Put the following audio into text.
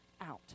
out